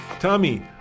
Tommy